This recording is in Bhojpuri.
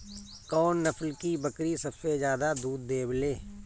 कौन नस्ल की बकरी सबसे ज्यादा दूध देवेले?